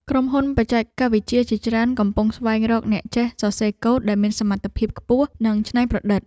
ក្រុមហ៊ុនបច្ចេកវិទ្យាជាច្រើនកំពុងស្វែងរកអ្នកចេះសរសេរកូដដែលមានសមត្ថភាពខ្ពស់ និងច្នៃប្រឌិត។